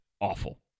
awful